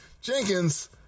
Jenkins